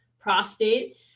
prostate